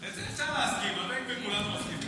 על זה אפשר להסכים, על בן גביר כולנו מסכימים.